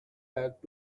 back